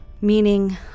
meaning